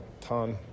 ton